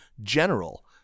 general